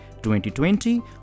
2020